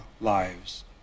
lives